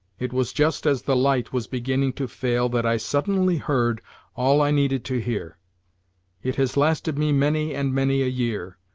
it was just as the light was beginning to fail that i suddenly heard all i needed to hear it has lasted me many and many a year.